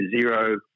zero